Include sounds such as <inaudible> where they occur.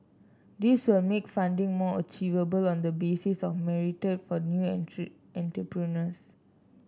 this will make funding more achievable on the basis of merit for new <unintelligible> entrepreneurs